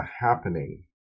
happening